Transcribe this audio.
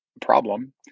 problem